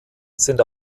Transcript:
sind